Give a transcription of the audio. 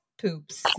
poops